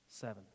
Seven